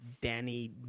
Danny